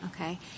Okay